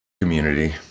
community